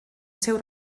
seu